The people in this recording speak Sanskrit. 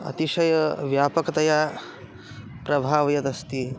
अतिशय व्यापकतया प्रभावः यदस्ति